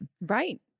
Right